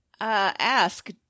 ask